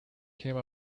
came